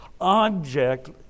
object